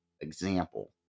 example